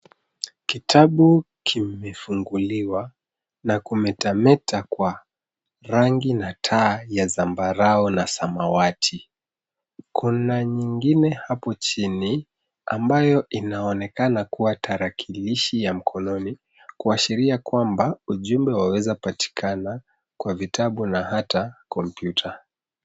Kitabu kimefunguliwa na kumetameta kwa rangi na taa ya zambarau na samawati. Kuna nyingine hapo chini ambayo inaonekana kuwa tarakinishi ya mkononi kuashiria kwamba ujumbe wawezapatikana kwa vitabu na hata kompyuta.